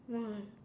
!wah!